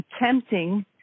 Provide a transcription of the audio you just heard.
attempting